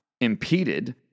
impeded